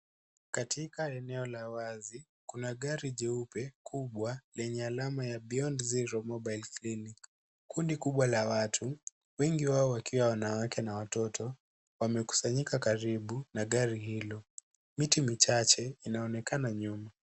Katika eneo la wazi, kuna gari jeupe kubwa lenye alama ya Beyond Zero Mobile Clinic. Kundi kubwa la watu, wengi wao wakiwa wanawake na watoto, wamekusanyika karibu na gari hilo. Miti michache inaonekana nyuma.